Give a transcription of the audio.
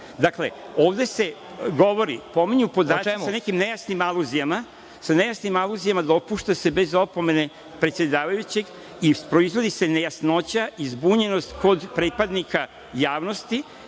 sada. Dakle, ovde se govori, pominju se podaci sa nekim nejasnim aluzijama, sa nejasnim aluzijama dopušta se bez opomene predsedavajućeg i proizvodi se nejasnoća i zbunjenost kod pripadnika javnosti,